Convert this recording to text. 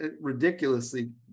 ridiculously